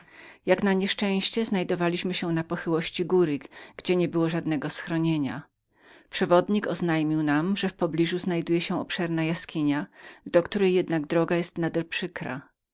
jak na nieszczęście znajdowaliśmy się na pochyłości góry która nieprzedstawiała nam żadnego schronienia przewodnik oznajmił nam że w pobliżu wiedział o obszernej jaskini do której jednak droga była nader przykrą